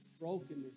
brokenness